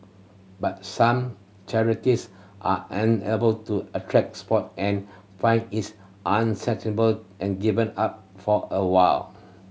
but some charities are unable to attract support and find its and given up for a while